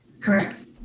Correct